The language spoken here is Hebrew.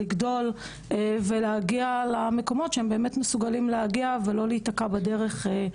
לגדול ולהגיע למקומות שאליהם הם באמת מסוגלים להגיד ולא להיתקע בדרך.